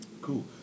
Cool